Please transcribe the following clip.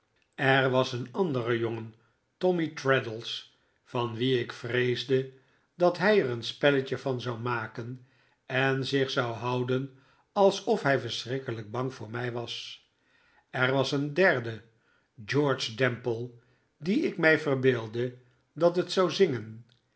er was een andere jongen tommy traddles van wien ik vreesde dat hij er een spelletje van zou maken en zich zou houden alsof hij verschrikkelijk bang voor mij was er was een derde george demple dien ik mij verbeeldde dat het zou zingen